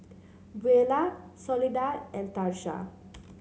Beulah Soledad and Tarsha